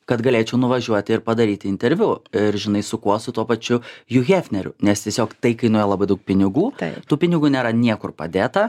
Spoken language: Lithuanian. kad galėčiau nuvažiuoti ir padaryti interviu ir žinai su kuo su tuo pačiu hju hefneriu nes tiesiog tai kainuoja labai daug pinigų tų pinigų nėra niekur padėta